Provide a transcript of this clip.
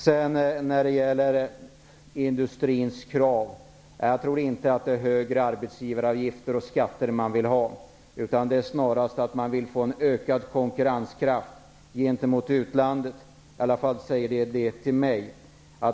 När det sedan gäller industrins krav tror jag inte att det är högre arbetsgivaravgifter och skatter som man vill ha, utan att det snarast är att man vill få en ökad konkurrenskraft gentemot utlandet. Detta är i alla fall det vad som har sagts till mig.